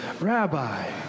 Rabbi